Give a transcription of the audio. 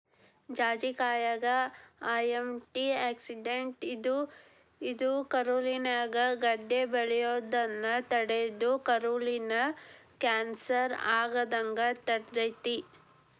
ಜಾಜಿಕಾಯಾಗ antioxidant ಇದ್ದು, ಇದು ಕರುಳಿನ್ಯಾಗ ಗಡ್ಡೆ ಬೆಳಿಯೋದನ್ನ ತಡದು ಕರುಳಿನ ಕ್ಯಾನ್ಸರ್ ಆಗದಂಗ ತಡಿತೇತಿ